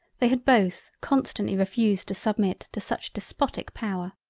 they had both, constantly refused to submit to such despotic power.